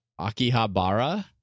Akihabara